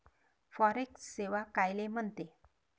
Forex सेवा कायले म्हनते?